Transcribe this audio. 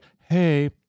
hey